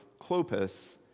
Clopas